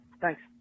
Thanks